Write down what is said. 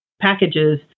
packages